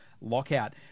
lockout